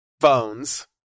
phones